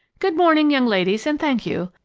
good morning, young ladies, and thank you.